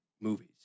movies